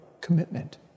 commitment